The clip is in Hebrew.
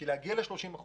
בשביל להגיע ל-30%